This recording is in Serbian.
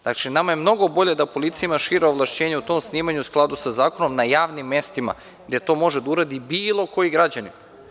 Znači, nama je mnogo bolje da policija ima šira ovlašćenja u tom snimanju, u skladu sa zakonom, na javnim mestima, jer to može da uradi bilo koji građanin.